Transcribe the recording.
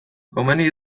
komeni